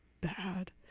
bad